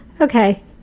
Okay